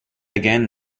again